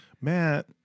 matt